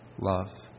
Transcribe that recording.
love